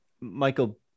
Michael